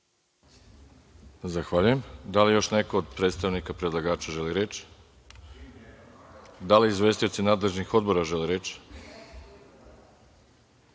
Zahvaljujem. Da li još neko od predstavnika predlagača želi reč? Da li izvestioci nadležnih odbra žele reč? Da